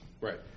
Right